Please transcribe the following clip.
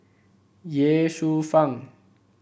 Ye Shufang